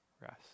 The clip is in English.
rest